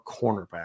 cornerback